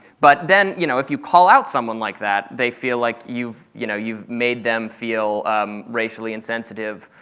but then, you know, if you call out someone like that, they feel like you've you know you've made them feel racially insensitive,